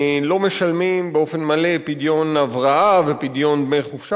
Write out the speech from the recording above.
לא משלמים באופן מלא פדיון הבראה ופדיון דמי חופשה.